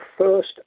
first